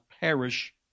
perish